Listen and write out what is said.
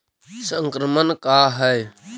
संक्रमण का है?